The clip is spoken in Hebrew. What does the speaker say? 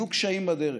יהיו קשיים בדרך,